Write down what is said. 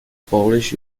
polish